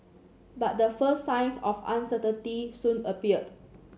but the first signs of uncertainty soon appeared